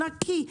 נקי,